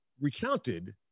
recounted